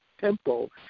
tempo